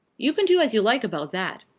you can do as you like about that.